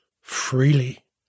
freely